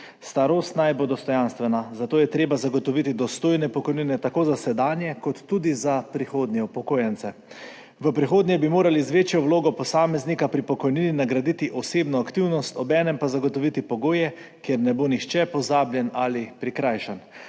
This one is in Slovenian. Starost naj bo dostojanstvena, zato je treba zagotoviti dostojne pokojnine tako za sedanje kot tudi za prihodnje upokojence. V prihodnje bi morali z večjo vlogo posameznika pri pokojnini nagraditi osebno aktivnost, obenem pa zagotoviti pogoje, kjer ne bo nihče pozabljen ali prikrajšan.